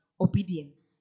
obedience